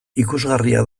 ikusgarria